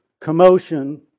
commotion